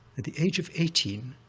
at the age of eighteen,